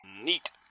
Neat